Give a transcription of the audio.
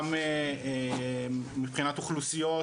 גם מבחינת אוכלוסיות,